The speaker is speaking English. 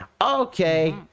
okay